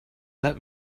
let